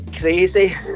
crazy